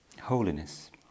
Holiness